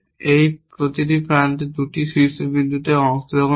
এটি প্রতিটি প্রান্তে 2টি শীর্ষবিন্দুতে অংশগ্রহণ করে